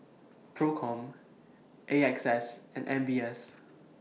PROCOM A X S and M B S